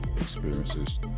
experiences